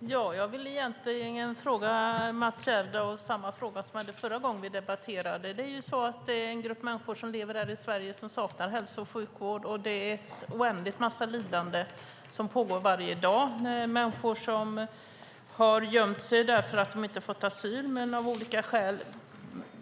Fru talman! Jag vill egentligen fråga Mats Gerdau samma fråga som jag hade förra gången vi debatterade. Det finns en grupp människor som lever här i Sverige som saknar hälso och sjukvård. Det är ett oändligt lidande som pågår varje dag, när människor har gömt sig därför att de inte har fått asyl och av olika skäl